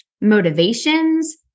motivations